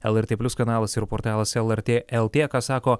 lrt plius kanalas ir portalas lrt lt ką sako